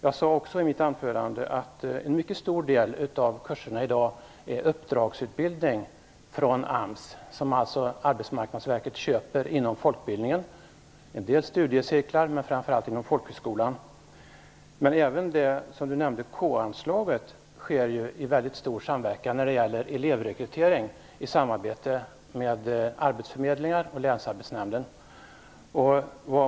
Jag sade också i mitt anförande att en mycket stor del av kurserna i dag utgörs av uppdragsutbildning från AMS. Arbetsmarknadsverket köper dessa kurser inom folkbildningen - en del studiecirklar men framför allt inom folkhögskolan. Men även när det gäller kanslaget sker stor samverkan i elevrekryteringen mellan arbetsförmedlingar och länsarbetsnämnden.